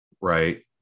right